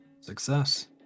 Success